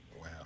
Wow